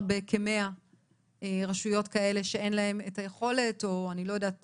בכ-100 רשויות כאלה שאין להן את היכולת או אני לא יודעת